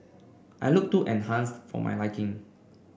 I looked too enhanced for my liking